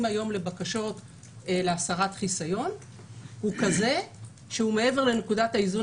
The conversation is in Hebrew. היום לבקשות להסרת חיסיון הוא כזה שהוא מעבר לנקודת האיזון